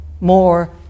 more